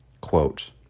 quote